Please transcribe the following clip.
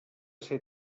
ser